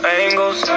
angles